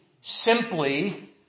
simply